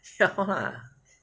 要 lah